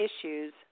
issues